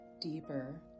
deeper